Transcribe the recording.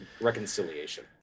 reconciliation